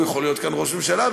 הוא יכול להיות כאן ראש ממשלה,